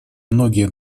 многие